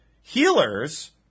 Healers